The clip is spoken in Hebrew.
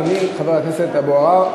אדוני חבר הכנסת אבו עראר.